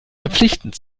verpflichtend